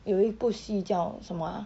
有一部戏叫什么啊